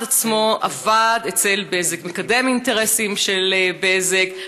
עצמו עבד אצל בזק: מקדם אינטרסים של בזק,